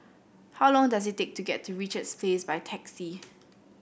how long does it take to get to Richards Place by taxi